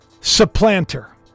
supplanter